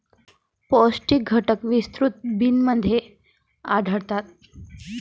पौष्टिक घटक विस्तृत बिनमध्ये आढळतात